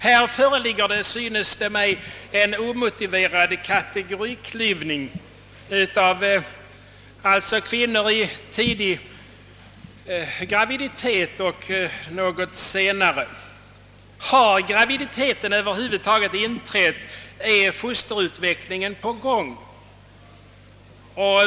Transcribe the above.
Det synes mig som om här föreligger en omotiverad kategoriklyvning av kvinnor i olika stadier av graviditet. Har graviditeten över huvud taget inträtt är fosterutvecklingen påbörjad.